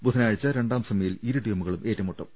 ബുധ നാഴ്ച രണ്ടാം സെമിയിൽ ഇരു ടീമുകളും ഏറ്റുമുട്ടും